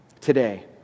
today